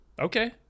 Okay